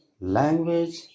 language